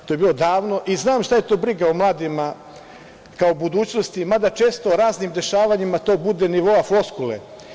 To je bilo davno i znam šta je to briga o mladima kao budućnosti, mada često raznim dešavanjima to bude nivo floskule.